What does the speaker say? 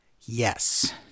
Yes